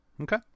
Okay